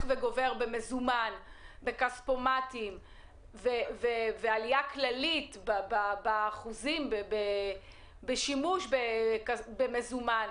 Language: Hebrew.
וגובר במזומן וכספומטים ועלייה כללית באחוזי השימוש במזומן,